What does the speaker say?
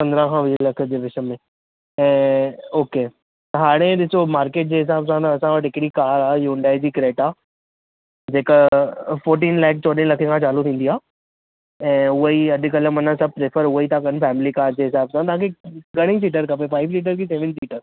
पंद्रहं खां वीह लख जे विच में ऐं ओके हाणे ॾिसो मार्केट जे हिसाब सां असां वटि हिकिड़ी कार आहे हुंडई जी क्रेटा जेका फोर्टीन लैख चोॾहें लखे खां चालू थींदी आहे ऐं उहे ई अॼुकल्ह माना प्रेफर उहे ई था कनि फैमिली कार जे हिसाब सां तव्हां खे घणी सीटर खपे फाइव सीटर के सेवन सीटर